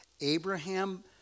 Abraham